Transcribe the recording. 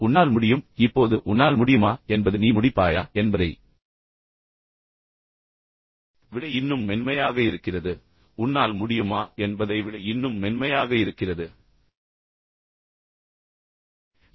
உன்னால் முடியுமா உன்னால் முடியும் இப்போது உன்னால் முடியுமா என்பது நீ முடிப்பாயா என்பதை விட இன்னும் மென்மையாக இருக்கிறது உன்னால் முடிந்தால் என்பது கண்ணியத்தின் அடிப்படையில் உன்னால் முடியுமா என்பதை விட இன்னும் மென்மையாக இருக்கிறாய்